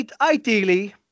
ideally